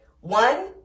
One